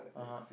(uh huh)